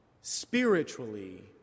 Spiritually